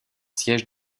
siège